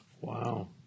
Wow